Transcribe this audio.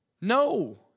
no